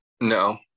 No